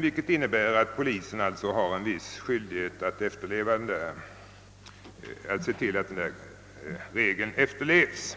vilket innebär, att polisen har skyldighet att se till att regeln efterlevs.